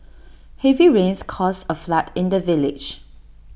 heavy rains caused A flood in the village